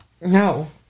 No